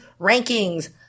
Rankings